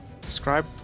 describe